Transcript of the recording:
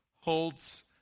holds